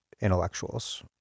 intellectuals